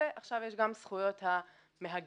ועכשיו יש גם זכויות המהגר.